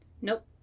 Nope